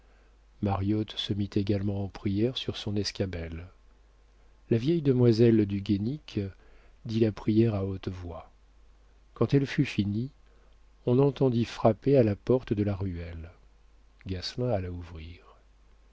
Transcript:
mariotte se mit également en prières sur son escabelle la vieille demoiselle du guénic dit la prière à haute voix quand elle fut finie on entendit frapper à la porte de la ruelle gasselin alla ouvrir